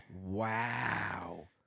Wow